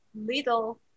little